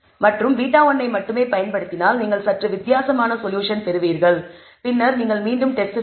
மற்றும் β1 ஐ மட்டுமே பயன்படுத்தினால் நீங்கள் சற்று வித்தியாசமான சொல்யூஷன் பெறுவீர்கள் பின்னர் நீங்கள் மீண்டும் டெஸ்ட் செய்யலாம்